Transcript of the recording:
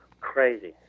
Crazy